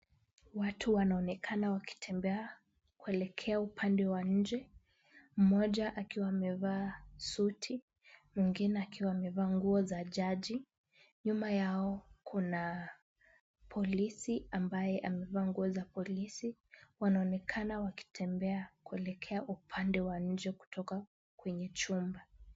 Watu wanaonekana wakitembea kuelekea upande wa nje, mmoja akiwa amevaa suti, mwingine akiwa amevaa nguo za jaji. Nyuma yao kuna polisi ambaye amevaa nguo za polisi. Wanaonekana wakitembea kuelekea upande wa nje kutoka kwenye chumba.